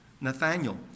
Nathaniel